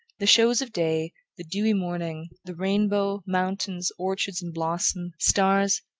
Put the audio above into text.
the shows of day, the dewy morning, the rainbow, mountains, orchards in blossom, stars,